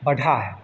बढ़ा है